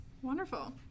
Wonderful